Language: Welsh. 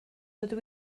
dydw